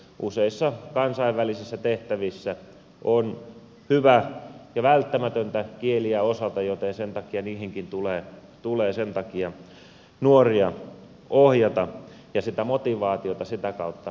useissa kansainvälisissä tehtävissä on hyvä ja välttämätöntä kieliä osata joten sen takia niihinkin tulee nuoria ohjata ja sitä motivaatiota sitä kautta nostaa